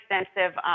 extensive